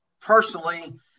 personally